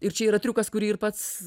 ir čia yra triukas kurį ir pats